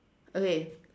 okay